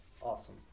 Awesome